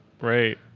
right